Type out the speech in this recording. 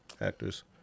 actors